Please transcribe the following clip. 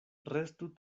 restu